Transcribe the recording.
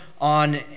on